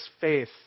faith